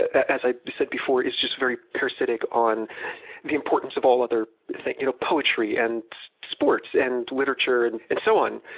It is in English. as i said before, just very parasitic on the importance of all other things you know poetry, and sports, and literature, and and so on.